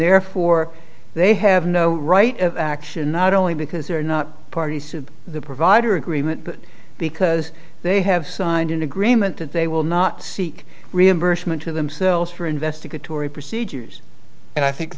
therefore they have no right of action not only because they are not parties to the provider agreement but because they have signed an agreement that they will not seek reimbursement to themselves for investigatory procedures and i think